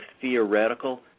theoretical